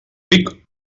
ric